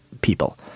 people